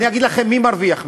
אני אגיד לכם מי מרוויח מזה.